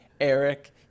eric